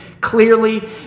clearly